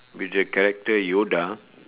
with the character yoda